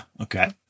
Okay